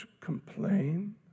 complain